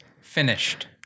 finished